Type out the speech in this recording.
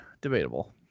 debatable